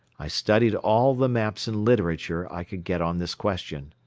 i studied all the maps and literature i could get on this question.